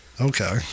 Okay